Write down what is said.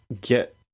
get